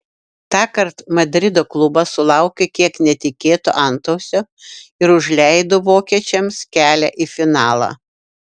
tąkart madrido klubas sulaukė kiek netikėto antausio ir užleido vokiečiams kelią į finalą